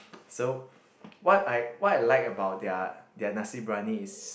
so what I what I like about their their Nasi-Briyani is